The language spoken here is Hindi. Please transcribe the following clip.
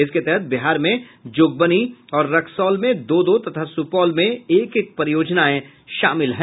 इसके तहत बिहार में जोगबनी और रक्सौल में दो दो तथा सुपौल में एक एक परियोजनाएं शामिल हैं